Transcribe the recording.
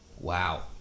wow